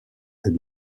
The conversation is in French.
est